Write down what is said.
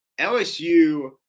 LSU